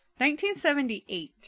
1978